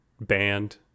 band